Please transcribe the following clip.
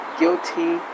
guilty